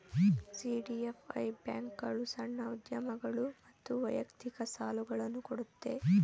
CDFI ಬ್ಯಾಂಕ್ಗಳು ಸಣ್ಣ ಉದ್ಯಮಗಳು ಮತ್ತು ವೈಯಕ್ತಿಕ ಸಾಲುಗಳನ್ನು ಕೊಡುತ್ತೆ